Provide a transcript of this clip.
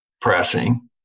pressing